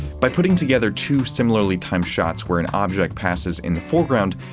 by putting together two similarly timed shots where an object passes in the foreground,